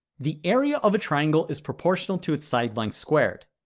the area of a triangle is proportional to its side length squared.